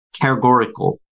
categorical